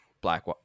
Black